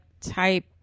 type